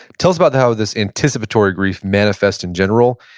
tell us about how this anticipatory grief manifests in general,